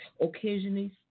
occasionally